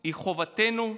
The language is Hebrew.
הוא חובתנו,